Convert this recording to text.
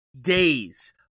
days